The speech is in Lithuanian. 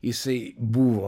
jisai buvo